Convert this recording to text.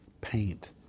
paint